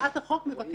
הצעת החוק מבקשת